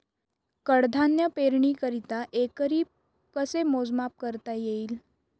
कडधान्य पेरणीकरिता एकरी कसे मोजमाप करता येईल?